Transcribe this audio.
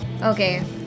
Okay